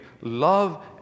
love